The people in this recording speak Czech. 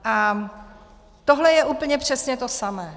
A tohle je úplně přesně to samé.